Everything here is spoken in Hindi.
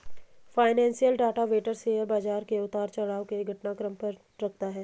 फाइनेंशियल डाटा वेंडर शेयर बाजार के उतार चढ़ाव के घटनाक्रम पर नजर रखता है